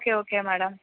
okay okay madam